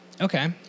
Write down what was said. Okay